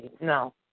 No